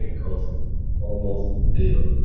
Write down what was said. like cost almost zero.